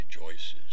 rejoices